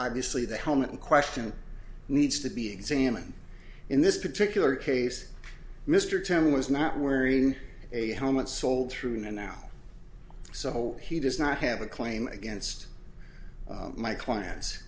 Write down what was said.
obviously the home in question needs to be examined in this particular case mr turmel was not wearing a helmet sold through the now so he does not have a claim against my clients